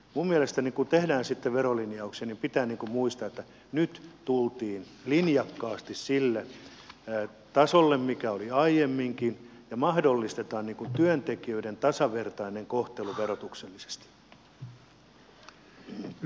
minun mielestäni kun tehdään sitten verolinjauksia pitää muistaa että nyt tultiin linjakkaasti sille tasolle mikä oli aiemminkin ja mahdollistetaan työntekijöiden tasavertainen kohtelu verotuksellisesti